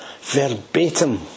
verbatim